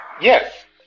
Yes